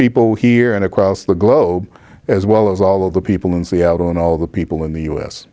people here and across the globe as well as all of the people in seattle and all the people in the u